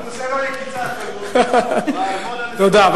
תודה רבה.